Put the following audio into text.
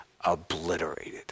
obliterated